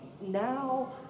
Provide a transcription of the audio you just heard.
now